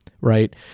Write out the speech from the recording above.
right